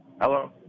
Hello